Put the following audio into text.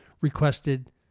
requested